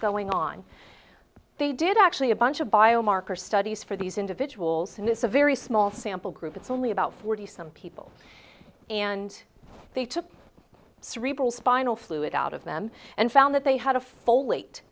going on but they did actually a bunch of biomarker studies for these individuals and it's a very small sample group it's only about forty some people and they took cerebral spinal fluid out of them and found that they had a full